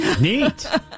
Neat